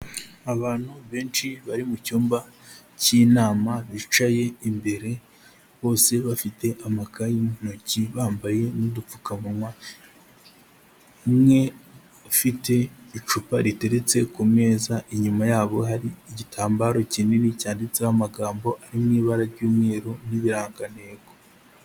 Abantu benshi bari mu cyumba cy'inama bicaye imbere, bose bafite amakayi mu ntoki, bambaye n'udupfukamunwa, umwe ufite icupa riteretse ku meza, inyuma yabo hari igitambaro kinini cyanditseho amagambo ari mu ibara ry'umweru n'ibirangantego.